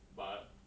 but